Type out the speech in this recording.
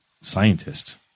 scientist